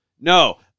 No